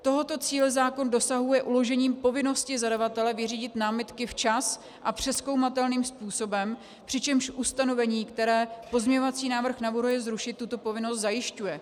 Tohoto cíle zákon dosahuje uložením povinnosti zadavatele vyřídit námitky včas a přezkoumatelným způsobem, přičemž ustanovení, které pozměňovací návrh navrhuje zrušit, tuto povinnost zajišťuje.